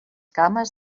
cames